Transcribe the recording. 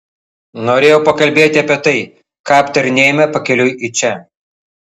norėjau pakalbėti apie tai ką aptarinėjome pakeliui į čia